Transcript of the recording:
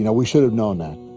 you know we should have known that,